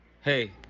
Hey